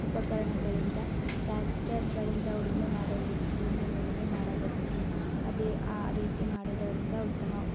ಉಪಕರಣಗಳಿಂದ ಟ್ಯಾಕ್ಟರ್ಗಳಿಂದ ಉಳುಮೆ ಮಾಡುವುದು ಭೂಮಿಯನ್ನು ಉಳುಮೆ ಮಾಡಬಹುದು ಅದೇ ಆ ರೀತಿ ಮಾಡಿದವರಿಂದ ಉತ್ತಮ